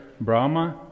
Brahma